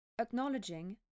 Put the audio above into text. acknowledging